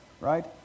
right